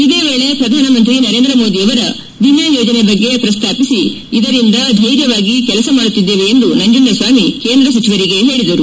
ಇದೇ ವೇಳೆ ಪ್ರಧಾನಮಂತ್ರಿ ನರೇಂದ್ರ ಮೋದಿಯವರ ವಿಮೆ ಯೋಜನೆ ಬಗ್ಗೆ ಪ್ರಸ್ತಾಪಿಸಿ ಇದರಿಂದ ಧ್ಯೆರ್ಯವಾಗಿ ಕೆಲಸ ಮಾಡುತ್ತಿದ್ದೇವೆ ಎಂದು ನಂಜುಂಡಸ್ನಾಮಿ ಕೇಂದ್ರ ಸಚಿವರಿಗೆ ಹೇಳಿದರು